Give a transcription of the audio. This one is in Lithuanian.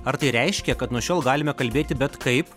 ar tai reiškia kad nuo šiol galime kalbėti bet kaip